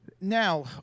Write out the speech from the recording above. now